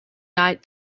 night